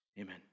Amen